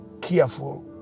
careful